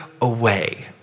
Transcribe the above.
away